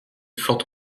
forte